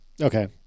Okay